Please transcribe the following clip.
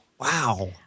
Wow